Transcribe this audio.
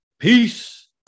Peace